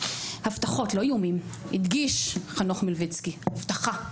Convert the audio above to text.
הבטחות לא איומים הדגיש חנוך מלביצקי הבטחה,